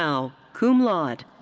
howe, cum laude.